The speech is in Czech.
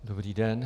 Dobrý den.